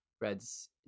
Red's